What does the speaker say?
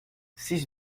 six